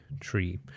tree